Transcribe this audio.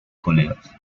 colegas